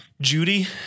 Judy